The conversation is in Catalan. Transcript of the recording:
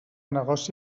negoci